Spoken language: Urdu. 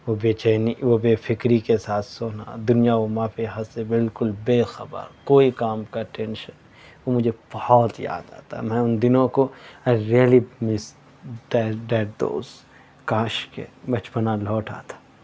وہ بے چینی و بے فکری کے ساتھ سونا دنیا و ما فیہا سے بالکل بے خبر کوئی کام کا ٹینشن نہیں وہ مجھے بہت یاد آتا ہے میں ان دنوں کو I really miss that those کاش کہ بچپنا لوٹ آتا